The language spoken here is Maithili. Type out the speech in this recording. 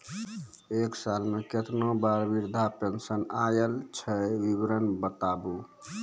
एक साल मे केतना बार वृद्धा पेंशन आयल छै विवरन बताबू?